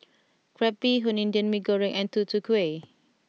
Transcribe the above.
Crab Bee Hoon Indian Mee Goreng and Tutu Kueh